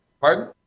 Pardon